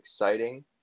exciting